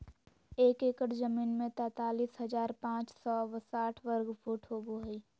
एक एकड़ जमीन में तैंतालीस हजार पांच सौ साठ वर्ग फुट होबो हइ